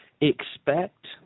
expect